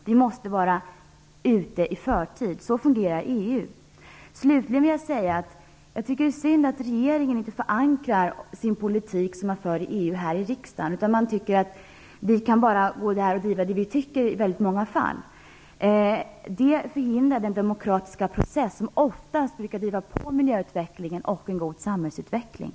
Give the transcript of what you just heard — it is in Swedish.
Vi måste vara ute i förtid. Så fungerar Slutligen vill jag säga att jag tycker att det är synd att regeringen inte förankrar i EU den politik som man för här i riksdagen. Man tycker i väldigt många fall: Vi kan driva det vi tycker. Men det förhindrar den demokratiska process som oftast brukar driva på miljöutvecklingen och en god samhällsutveckling.